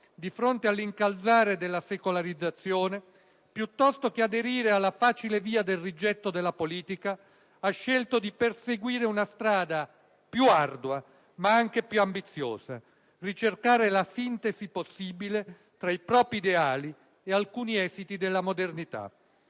di fronte all'incalzare della secolarizzazione, piuttosto che aderire alla facile via del rigetto della politica, ha scelto di perseguire una strada più ardua, ma anche più ambiziosa: ricercare la sintesi possibile tra i propri ideali e alcuni esiti della modernità.